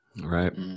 Right